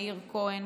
מאיר כהן,